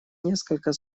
несколько